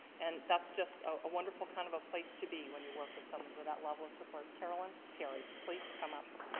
and that's just a wonderful kind of a place to be when you work with someone with that level of support. carolyn terry, please come up.